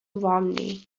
romney